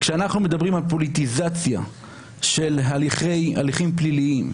כשאנחנו מדברים על פוליטיזציה של הליכים פליליים,